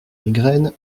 migraine